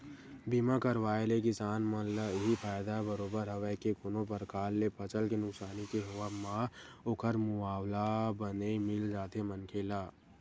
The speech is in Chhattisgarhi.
बीमा करवाय ले किसान मन ल इहीं फायदा बरोबर हवय के कोनो परकार ले फसल के नुकसानी के होवब म ओखर मुवाला बने मिल जाथे मनखे ला